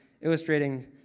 illustrating